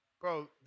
Bro